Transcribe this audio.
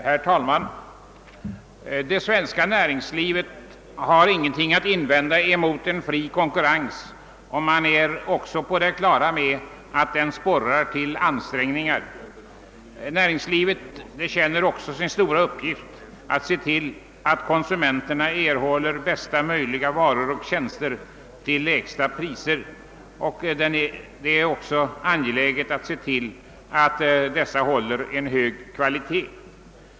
Herr. talman! Det svenska näringslivet har ingenting att invända mot en fri konkurrens utan är på det klara med att denna sporrar till ansträngningar. Näringslivet känner också sin stora uppgift att se till, att konsumenterna erhåller bästa möjliga varor och tjänster till lägsta möjliga priser, och är därför angeläget att dessa håller en hög kvalitet.